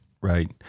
Right